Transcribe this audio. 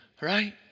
Right